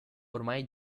ormai